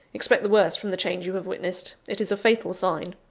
expect the worst from the change you have witnessed it is a fatal sign.